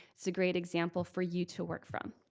it's a great example for you to work from.